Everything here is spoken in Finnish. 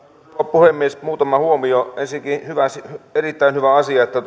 puhemies muutama huomio ensinnäkin on erittäin hyvä asia että